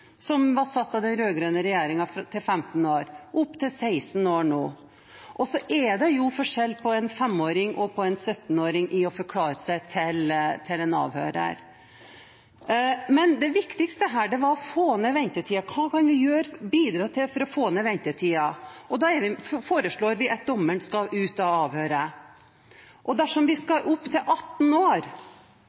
regjeringen var satt til 15 år, til 16 år nå. Det er jo også forskjell på en 5-åring og en 17-åring når det gjelder å forklare seg til en avhører. Men det viktigste her var å få ned ventetiden og se på hva vi kunne gjøre for å bidra til å få den ned. Da foreslår vi at dommeren skal ut av avhøret. Og dersom vi skal opp til 18 år,